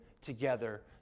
together